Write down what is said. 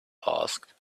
asked